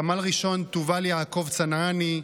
סמל ראשון תובל יעקב צנעני,